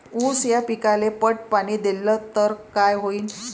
ऊस या पिकाले पट पाणी देल्ल तर काय होईन?